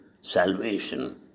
salvation